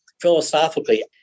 philosophically